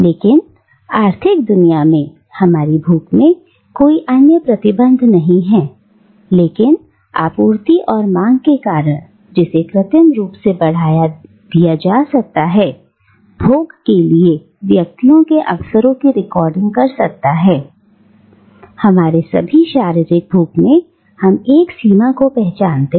लेकिन आर्थिक दुनिया में हमारी भूख में कोई अन्य प्रतिबंध नहीं है लेकिन आपूर्ति और मांग के कारण जिसे कृत्रिम रूप से बढ़ावा दिया जा सकता है भोग के लिए व्यक्तियों के अवसरों की रिकॉर्डिंग कर सकता है "हमारे सभी शारीरिक भूख में हम एक सीमा को पहचानते हैं